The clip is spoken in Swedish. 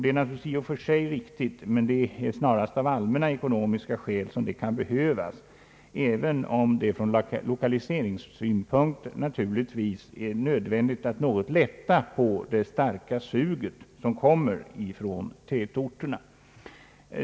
Det är naturligtvis i och för sig riktigt, men detta kan behövas snarast av allmänt ekonomiska skäl, även om det från lokaliseringssynpunkt givetvis är nödvändigt att något lätta på det starka suget från tätorterna.